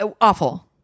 awful